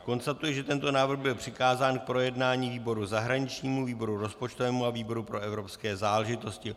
Konstatuji, že tento návrh byl přikázán k projednání výboru zahraničnímu, výboru rozpočtovému a výboru pro evropské záležitosti.